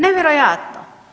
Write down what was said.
Nevjerojatno.